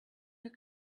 your